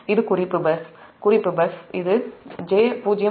இது குறிப்பு பஸ் இது j0